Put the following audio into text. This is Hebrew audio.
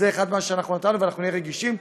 זה אחד הדברים שנתנו, ונהיה רגישים.